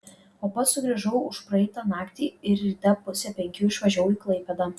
o pats sugrįžau užpraeitą naktį ir ryte pusę penkių išvažiavau į klaipėdą